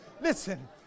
Listen